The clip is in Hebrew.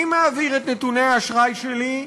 אני מעביר את נתוני האשראי שלי,